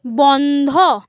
বন্ধ